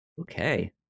Okay